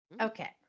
Okay